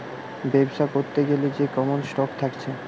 বেবসা করতে গ্যালে যে কমন স্টক থাকছে